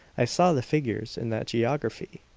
i saw the figures in that geography.